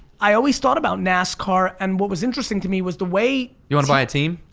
i always thought about nascar and what was interesting to me was the way. you wanna buy a team?